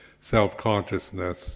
self-consciousness